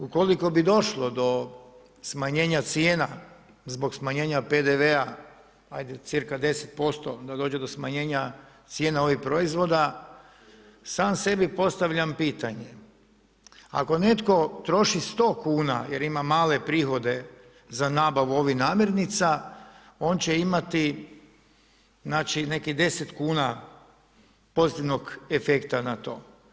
Ukoliko bi došlo do smanjenja cijena zbog smanjenja PDV-a, ajde cca 10% da dođe do smanjenja cijena ovih proizvoda sam sebi postavljam pitanje, ako netko troši 100 kuna jer ima male prihode za nabavu ovih namirnica, on će imati znači nekih 10 kuna pozitivnog efekta na to.